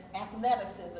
athleticism